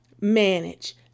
manage